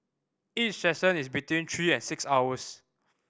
each session is between three and six hours